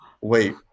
wait